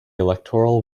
electoral